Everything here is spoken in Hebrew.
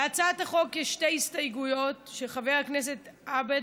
להצעת החוק יש שתי הסתייגויות של חבר הכנסת עבד